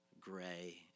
gray